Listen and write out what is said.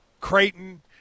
Creighton